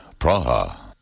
Praha